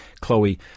Chloe